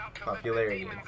popularity